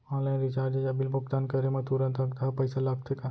Online recharge या bill भुगतान करे मा तुरंत अक्तहा पइसा लागथे का?